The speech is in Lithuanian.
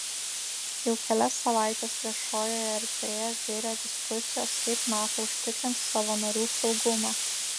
jau kelias savaites viešojoje erdvėje virė diskusijos kaip nato užtikrins savo narių saugumą